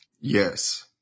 Yes